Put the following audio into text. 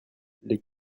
les